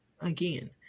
again